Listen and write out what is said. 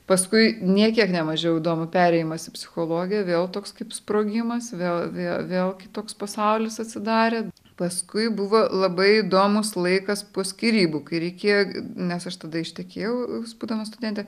paskui nė kiek nemažiau įdomu perėjimas į psichologiją vėl toks kaip sprogimas vėl vėl vėl kitoks pasaulis atsidarė paskui buvo labai įdomus laikas po skyrybų kai reikėjo nes aš tada ištekėjau būdama studentė